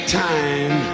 time